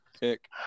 pick